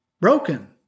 broken